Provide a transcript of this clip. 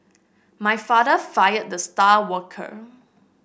my father fired the star worker